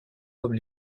comme